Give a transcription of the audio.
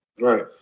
Right